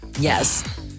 Yes